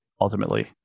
ultimately